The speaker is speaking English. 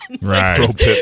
Right